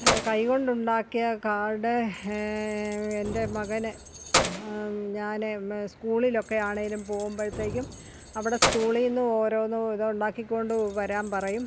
കൈകൊണ്ടുണ്ടാക്കിയ card എൻ്റെ മകന് ഞാൻ സ്കൂളിലൊക്കെ ആണെങ്കിലും പോകുമ്പോഴത്തേക്കും അവിടെ സ്കൂളിൽ നിന്ന് ഓരോന്ന് ഇതുണ്ടാക്കി കൊണ്ടുവരാൻ പറയും